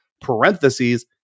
parentheses